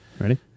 Ready